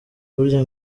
burya